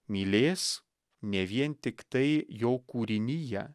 mylės ne vien tiktai jo kūriniją